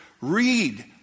read